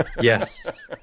Yes